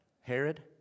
Herod